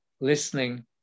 listening